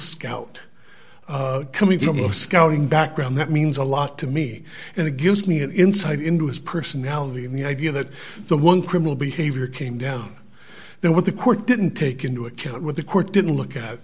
scout coming from a scouting background that means a lot to me and it gives me an insight into his personality and the idea that the one criminal behavior came down and what the court didn't take into account what the court didn't look at